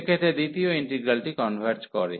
সেক্ষেত্রে দ্বিতীয় ইন্টিগ্রালটি কনভার্জ করে